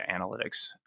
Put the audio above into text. analytics